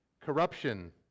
corruption